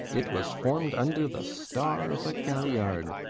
it was form'd under the star of a galliard.